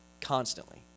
constantly